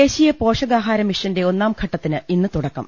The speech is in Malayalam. ദേശീയ പോഷകാഹാര മിഷന്റെ ഒന്നാംഘട്ടത്തിന് ഇന്ന് തുട ക്കം